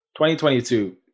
2022